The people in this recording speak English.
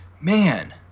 man